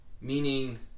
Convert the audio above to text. Meaning